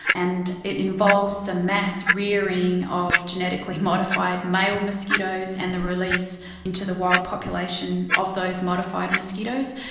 and it involves the mass rearing of genetically modified male mosquitoes and the release into the wild population of those modified mosquitoes.